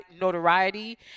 notoriety